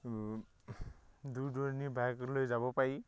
এইটো দূৰ দূৰণি বাইক লৈ যাব পাৰি